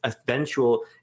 eventual